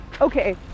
okay